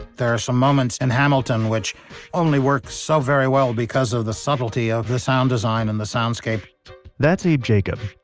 there were some moments in hamilton, which only work so very well because of the subtlety of the sound design and the soundscape that's abe jacob,